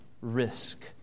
risk